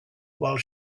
while